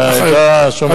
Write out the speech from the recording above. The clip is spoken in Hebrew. מהעדה השומרונית,